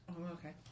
okay